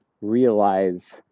realize